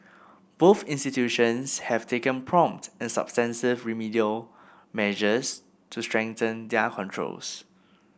both institutions have taken prompt and substantive remedial measures to strengthen their controls